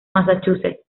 massachusetts